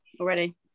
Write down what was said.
already